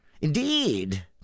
indeed